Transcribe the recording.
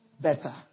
better